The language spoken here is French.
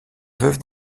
veuve